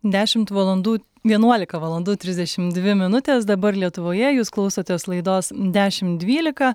dešimt valandų vienuolika valandų trisdešim dvi minutės dabar lietuvoje jūs klausotės laidos dešim dvylika